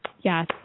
Yes